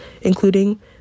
including